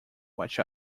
watch